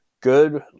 good